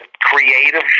creative